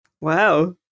Wow